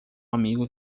amigo